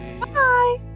bye